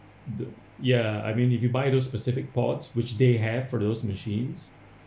the ya I mean if you buy those specific pods which they have for those machines